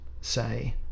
say